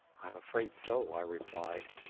i'm afraid so, i replied.